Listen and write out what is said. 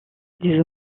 des